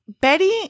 Betty